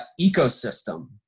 ecosystem